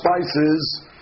Spices